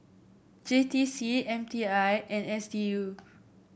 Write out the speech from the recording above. J T C M T I and S D U